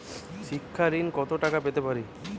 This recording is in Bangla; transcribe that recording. শিক্ষা ঋণ কত টাকা পেতে পারি?